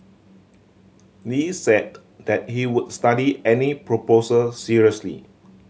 Lee said that he would study any proposal seriously